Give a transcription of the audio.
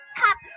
top